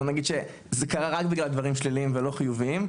בואו נגיד שזה קרה רק בגלל דברים שליליים ולא חיוביים,